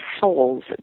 souls